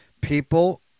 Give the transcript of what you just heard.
People